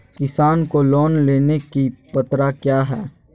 किसान को लोन लेने की पत्रा क्या है?